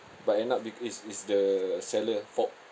but end up be~ is is the seller fault